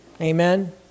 amen